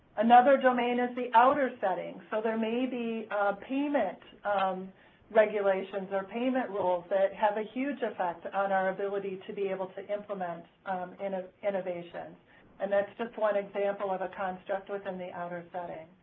another domain is the outer setting, so there may be payment regulations or payment rules that have a huge effect on our ability to be able to implement and ah innovation, and that's just one example of a construct within the outer setting.